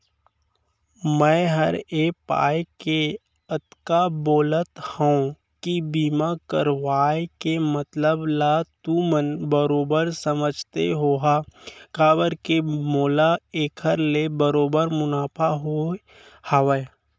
मैं हर ए पाय के अतका बोलत हँव कि बीमा करवाय के मतलब ल तुमन बरोबर समझते होहा काबर के मोला एखर ले बरोबर मुनाफा होय हवय